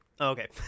okay